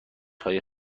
های